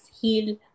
heal